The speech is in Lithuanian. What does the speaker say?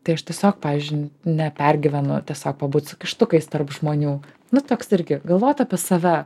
tai aš tiesiog pavyzdžiui nepergyvenu tiesiog pabūt su kištukais tarp žmonių nu toks irgi galvot apie save